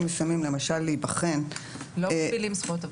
מסוימים למשל להיבחן --- לא מגבילים זכויות.